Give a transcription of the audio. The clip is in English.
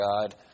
God